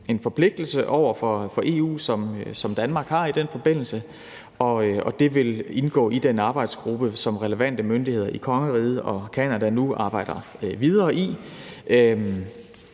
en forpligtelse over for EU, som Danmark har i den forbindelse, og det vil indgå i den arbejdsgruppe, som relevante myndigheder i kongeriget og Canada nu arbejder videre i.